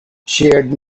shared